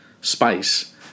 space